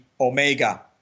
Omega